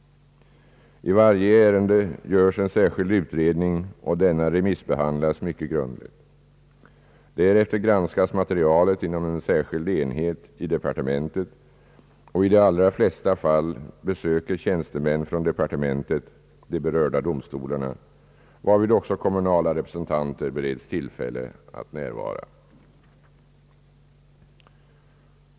I varje ärende görs en utredning, och denna remissbehandlas mycket grundligt. Därefter granskas materialet inom en särskild enhet i departementet, och i de allra flesta fall besöker tjänstemän från departementet de berörda domstolarna, varvid även kommunala representanter bereds tillfälle att närvara.